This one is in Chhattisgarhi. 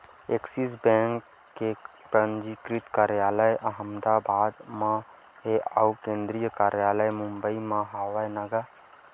ऐक्सिस बेंक के पंजीकृत कारयालय अहमदाबाद म हे अउ केंद्रीय कारयालय मुबई म हवय न गा